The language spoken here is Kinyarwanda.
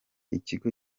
ikigo